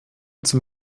zum